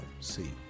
see